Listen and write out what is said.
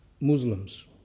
Muslims